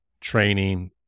training